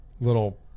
little